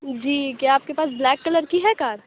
جی کیا آپ کے پاس بلیک کلر کی ہے کار